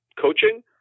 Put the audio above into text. coaching